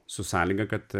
su sąlyga kad